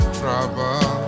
trouble